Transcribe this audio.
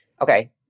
Okay